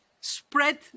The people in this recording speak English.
spread